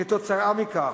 כתוצאה מכך,